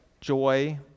joy